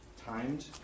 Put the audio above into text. Timed